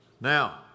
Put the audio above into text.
Now